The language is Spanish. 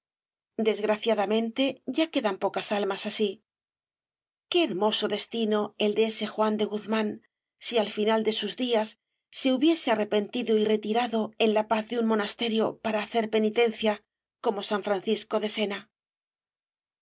desgraciadamente ya quedan pocas almas así qué hermoso destino el de ese juan de íss ft obras de valle inclan guzmán si al final de sus días se hubiese arrepentido y retirado en la paz de un monasterio para hacer penitencia